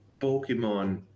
Pokemon